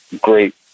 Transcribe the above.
great